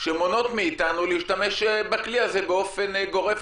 שמונעות מאיתנו להשתמש בכלי הזה באופן גורף,